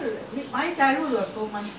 when I was born in the shop like that